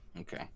Okay